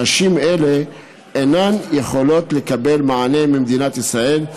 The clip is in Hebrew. נשים אלה אינן יכולות לקבל מענה ממדינת ישראל,